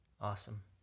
awesome